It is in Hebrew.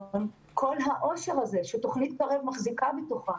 כל העושר הזה שתוכנית קרב מחזיקה בתוכה,